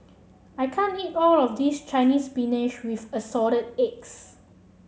I can't eat all of this Chinese Spinach with Assorted Eggs